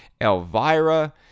Elvira